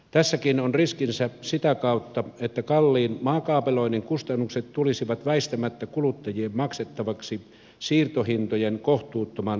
tässäkin on riskinsä sitä kautta että kalliin maakaapeloinnin kustannukset tulisivat väistämättä kuluttajien maksettavaksi siirtohintojen kohtuuttoman nousun kautta